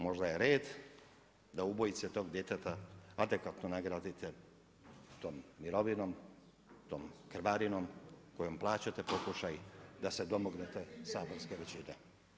Možda je red da ubojice tog djeteta adekvatno nagradite tom mirovinom, tom krvarinom kojom plaćate pokušaj da se domognete saborske većine.